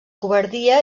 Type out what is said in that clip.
covardia